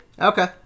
Okay